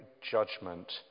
judgment